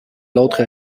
l’autre